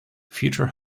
future